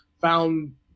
found